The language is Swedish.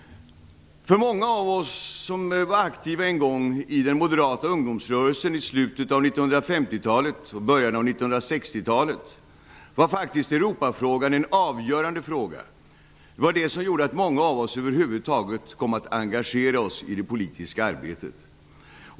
För många av oss som en gång var aktiva i den moderata ungdomsrörelsen i slutet av 1950-talet och början av 1960-talet var Europafrågan en avgörande fråga. Det var den som gjorde att många av oss över huvud taget kom att engagera oss i det politiska arbetet.